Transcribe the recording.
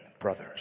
brothers